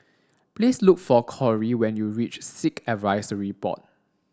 please look for Korey when you reach Sikh Advisory Board